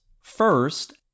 First